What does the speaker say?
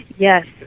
Yes